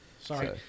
Sorry